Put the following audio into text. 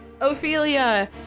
Ophelia